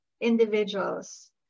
individuals